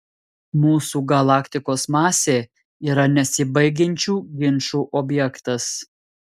mūsų galaktikos masė yra nesibaigiančių ginčų objektas